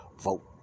vote